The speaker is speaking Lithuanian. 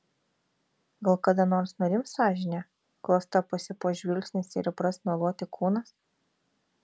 gal kada nors nurims sąžinė klasta pasipuoš žvilgsnis ir įpras meluoti kūnas